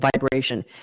vibration